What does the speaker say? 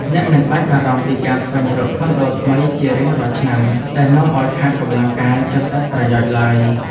អ្នកមិនបាច់បារម្ភពីការស្វែងរកខុនដូថ្មីជារៀងរាល់ឆ្នាំដែលនាំឱ្យខាតកម្លាំងកាយចិត្តឥតប្រយោជន៍ឡើយ។